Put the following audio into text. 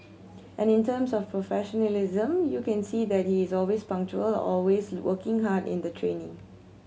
and in terms of professionalism you can see that he is always punctual always working hard in the training